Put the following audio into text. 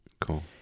Cool